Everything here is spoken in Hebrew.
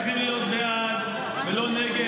אתם צריכים להיות בעד ולא נגד,